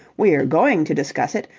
we're going to discuss it!